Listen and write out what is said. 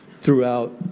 throughout